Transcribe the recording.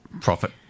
profit